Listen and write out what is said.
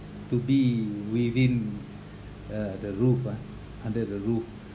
to be within uh the roof ah under the roof